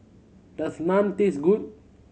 does Naan taste good